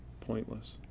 pointless